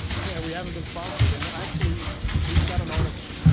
yeah we haven't been sponsored. and actually, we've got an article.